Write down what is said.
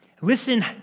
Listen